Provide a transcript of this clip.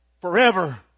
forever